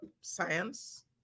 science